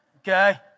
okay